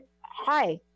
hi